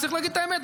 צריך להגיד את האמת,